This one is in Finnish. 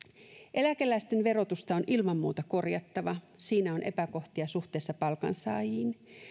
eläkeläisten verotusta on ilman muuta korjattava siinä on epäkohtia suhteessa palkansaajiin